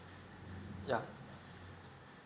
yeah